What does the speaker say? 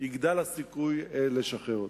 יגדל הסיכוי לשחרר אותו.